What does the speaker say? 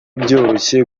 byoroshye